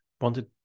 wanted